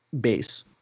base